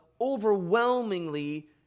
overwhelmingly